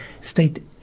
state